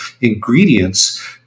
ingredients